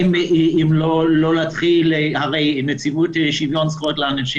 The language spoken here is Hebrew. לא להתחיל הרי נציבות שוויון זכויות לאנשים